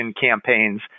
campaigns